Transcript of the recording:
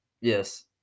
Yes